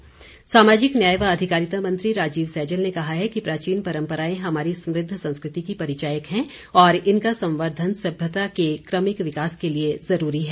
सैजल सामाजिक न्याय व अधिकारिता मंत्री राजीव सैजल ने कहा है कि प्राचीन परंपराएं हमारी समृद्ध संस्कृति की परिचायक हैं और इनका संवर्धन सभ्यता के कमिक विकास के लिए जुरूरी है